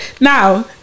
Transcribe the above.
now